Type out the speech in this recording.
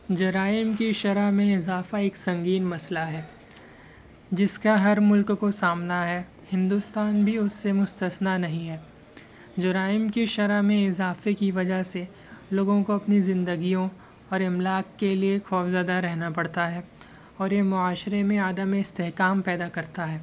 جرائم کی شرح میں اضافہ ایک سنگین مسئلہ ہے جس کا ہر مُلک کو سامنا ہے ہندوستان بھی اُس سے مستثنیٰ نہیں ہے جرائم کی شرح میں اضافے کی وجہ سے لوگوں کو اپنی زندگیوں اور املاک کے لئے خوفزدہ رہنا پڑتا ہے اور یہ معاشرے میں عدم استحکام پیدا کرتا ہے